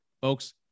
folks